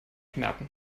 merken